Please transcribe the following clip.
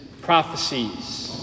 prophecies